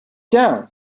down